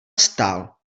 stál